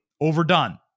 overdone